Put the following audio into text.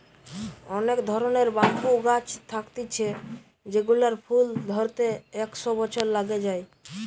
অনেক ধরণের ব্যাম্বু গাছ থাকতিছে যেগুলার ফুল ধরতে একশ বছর লাগে যায়